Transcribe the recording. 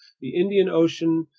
the indian ocean,